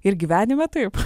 ir gyvenime taip